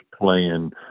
playing